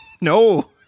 no